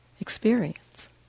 experience